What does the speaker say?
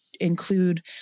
include